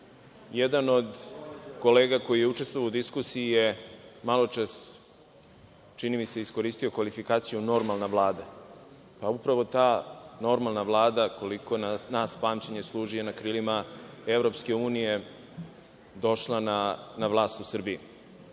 Jedan od kolega koji je učestvovao u diskusiji je maločas, čini mi se, iskoristio kvalifikaciju normalna Vlada. Upravo ta normalna Vlada, koliko nas pamćenje služi, je na krilima EU došla na vlast u Srbiji.